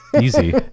easy